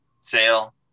sale